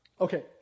Okay